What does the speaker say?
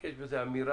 יש בזה אמירה